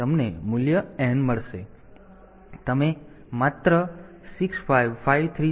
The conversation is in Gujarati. તેથી તમે માત્ર 65536 n બાદ કરો